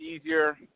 easier